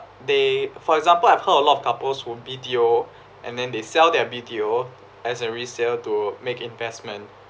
they for example I've heard a lot of couples would B_T_O and then they sell their B_T_O as a resale to make investment